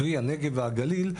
קרי הנגב והגליל,